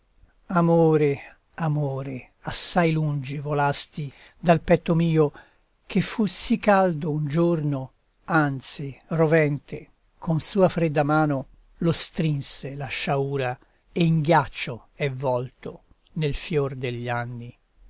amore amore assai lungi volasti dal petto mio che fu sì caldo un giorno anzi rovente con sua fredda mano lo strinse la sciaura e in ghiaccio è volto nel fior degli anni